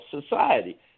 society